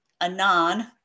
Anon